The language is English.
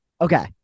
Okay